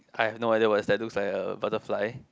I have no idea what is that looks like a butterfly